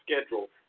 schedule